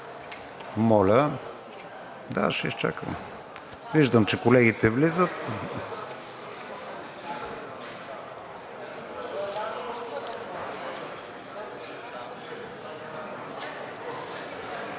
г. Да, ще изчакаме. Виждам, че колегите влизат.